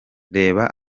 reba